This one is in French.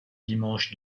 dimanche